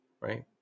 Right